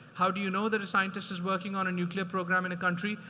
how do you know that a scientist is working on a nuclear program in the country?